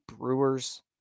Brewers